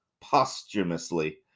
posthumously